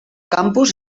campus